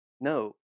no